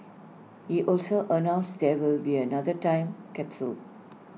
he also announced there will be another time capsule